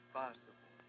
possible